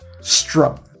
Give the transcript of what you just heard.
Strum